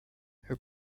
her